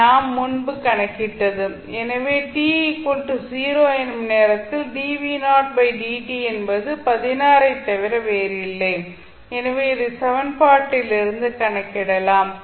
எனவே t 0 என்ற நேரத்தில் என்பது 16 ஐத் தவிர வேறில்லை எனவே இதை சமன்பாட்டிலிருந்து கணக்கிடலாம்